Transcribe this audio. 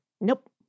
Nope